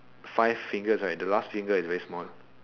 fi~ fingers right the last finger is very small